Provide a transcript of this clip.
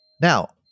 Now